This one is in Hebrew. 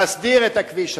להסדיר את הכביש הזה.